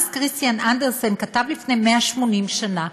כריסטיאן אנדרסן כתב לפני 180 שנה.